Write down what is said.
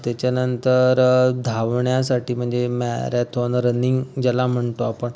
त्याच्यानंतर धावण्यासाठी म्हणजे मॅरथॉन रनिंग ज्याला म्हणतो आपण